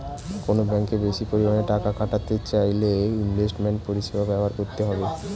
কোনো ব্যাঙ্কে বেশি পরিমাণে টাকা খাটাতে চাইলে ইনভেস্টমেন্ট পরিষেবা ব্যবহার করতে হবে